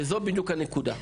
וזו בדיוק הנקודה.